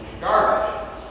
garbage